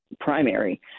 primary